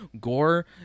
Gore